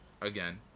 again